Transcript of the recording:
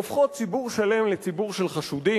הופכות ציבור שלם לציבור של חשודים,